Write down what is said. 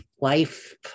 life